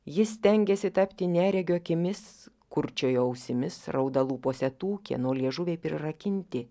jis stengėsi tapti neregio akimis kurčiojo ausimis rauda lūpose tų kieno liežuviai prirakinti